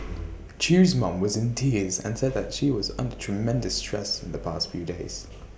chew's mom was in tears and said that she was under tremendous stress in the past few days